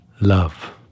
Love